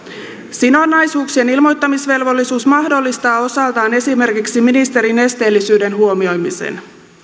sidonnaisuuksien ilmoittamisvelvollisuus mahdollistaa osaltaan esimerkiksi ministerin esteellisyyden huomioimisen